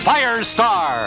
Firestar